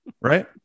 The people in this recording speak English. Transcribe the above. right